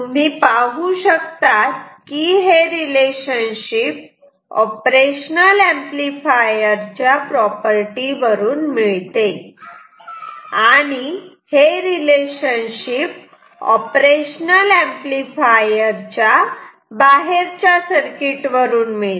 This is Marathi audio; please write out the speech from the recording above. तुम्ही पाहू शकतात की हे रिलेशनशिप ऑपरेशनल ऍम्प्लिफायर च्या प्रॉपर्टी वरून मिळते आणि हे रिलेशनशिप ऑपरेशनल ऍम्प्लिफायर च्या बाहेरच्या सर्किट वरून मिळते